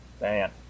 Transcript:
man